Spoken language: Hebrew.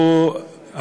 והוא,